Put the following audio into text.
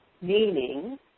Meaning